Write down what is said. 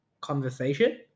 conversation